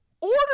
order